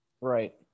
Right